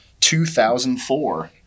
2004